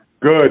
Good